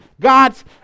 God's